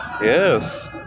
yes